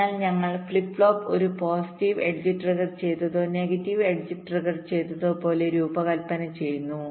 അതിനാൽ ഞങ്ങൾ flip flop ഒരു പോസിറ്റീവ് എഡ്ജ് ട്രിഗർ ചെയ്തതോ നെഗറ്റീവ് എഡ്ജ് ട്രിഗർ ചെയ്തതോ പോലെ രൂപകൽപ്പന ചെയ്യുന്നു